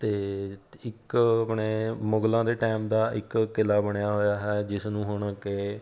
ਅਤੇ ਇੱਕ ਆਪਣੇ ਮੁਗਲਾਂ ਦੇ ਟਾਈਮ ਦਾ ਇੱਕ ਕਿਲ੍ਹਾ ਬਣਿਆ ਹੋਇਆ ਹੈ ਜਿਸ ਨੂੰ ਹੁਣ ਕਿ